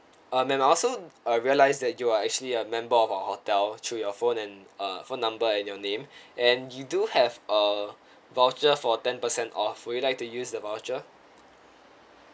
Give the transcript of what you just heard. uh ma'am I also uh realise that you are actually a member of our hotel through your phone and uh phone number and your name and you do have a voucher for ten percent off would you like to use the voucher